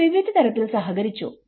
അവർ വിവിധ തരത്തിൽ സഹകരിച്ചു